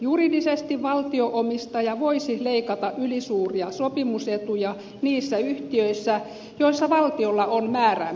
juridisesti valtio omistaja voisi leikata ylisuuria sopimusetuja niissä yhtiöissä joissa valtiolla on määräämisvalta